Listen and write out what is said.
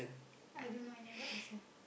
I don't know I never ask her